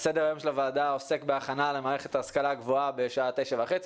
סדר-היום של הוועדה עוסק בהכנה למערכת ההשכלה הגבוהה בשעה 9:30,